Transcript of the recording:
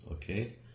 Okay